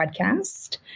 podcast